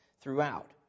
throughout